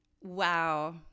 Wow